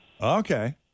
Okay